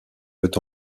veut